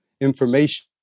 information